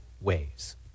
ways